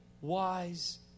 wise